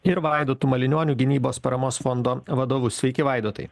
ir vaidotu maliniuoniu gynybos paramos fondo vadovu sveiki vaidotai